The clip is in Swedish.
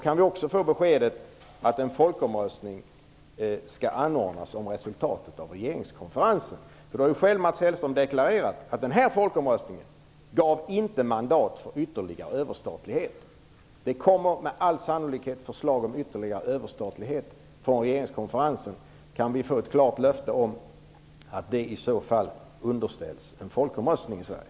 Kan vi också få beskedet att en folkomröstning skall anordnas om resultatet av regeringskonferensen? Mats Hellström har själv deklarerat att den genomförda folkomröstningen inte gav mandat för ytterligare överstatlighet. Det kommer med all sannolikhet förslag om ytterligare överstatlighet från regeringskonferensen. Kan vi få ett klart löfte om att det förslaget i så fall skall underställas en folkomröstning i Sverige?